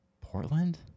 Portland